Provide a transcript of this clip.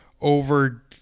over